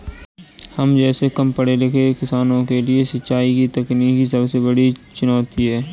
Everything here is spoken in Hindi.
हम जैसै कम पढ़े लिखे किसानों के लिए सिंचाई की तकनीकी सबसे बड़ी चुनौती है